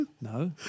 No